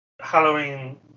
Halloween